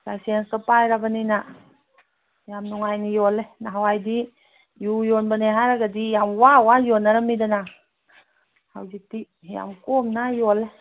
ꯂꯥꯏꯁꯦꯟꯁꯇꯣ ꯄꯥꯏꯔꯕꯅꯤꯅ ꯌꯥꯝ ꯅꯨꯡꯉꯥꯏꯅ ꯌꯣꯜꯂꯦ ꯅꯍꯥꯋꯥꯏꯗꯤ ꯌꯨ ꯌꯣꯟꯕꯅꯦ ꯍꯥꯏꯔꯒꯗꯤ ꯌꯥꯝ ꯋꯥ ꯋꯥ ꯌꯣꯟꯅꯔꯝꯃꯤꯗꯅ ꯍꯧꯖꯤꯛꯇꯤ ꯌꯥꯝ ꯀꯣꯝꯅ ꯌꯣꯜꯂꯦ